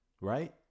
Right